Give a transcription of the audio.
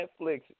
Netflix